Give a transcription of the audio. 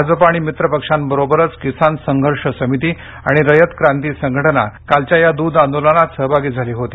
भाजपा आणि मित्र पक्षांबरोबरच किसान संघर्ष समिती आणि रयत क्रांती संघटना कालच्या या दूध आंदोलनात सहभागी झाली होती